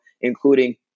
including